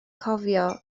cofio